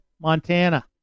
Montana